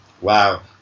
wow